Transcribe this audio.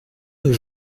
deux